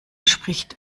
spricht